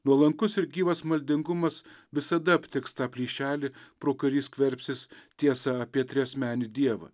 nuolankus ir gyvas maldingumas visada aptiks tą plyšelį pro kurį skverbsis tiesa apie triasmenį dievą